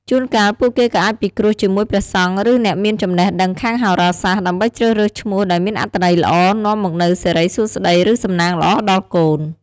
ជួនកាល ពួកគេក៏អាចពិគ្រោះជាមួយព្រះសង្ឃ ឬ អ្នកមានចំណេះដឹងខាងហោរាសាស្ត្រ ដើម្បីជ្រើសរើសឈ្មោះដែលមានអត្ថន័យល្អ នាំមកនូវសិរីសួស្តី ឬ សំណាងល្អដល់កូន។